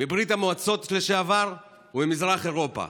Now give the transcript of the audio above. מברית המועצות לשעבר וממזרח אירופה.